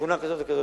שכונה כזו וכזו,